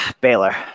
Baylor